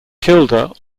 kilda